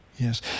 Yes